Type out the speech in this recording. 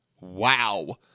wow